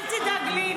אל תדאג לי,